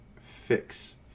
fix